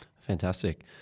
fantastic